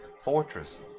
Fortress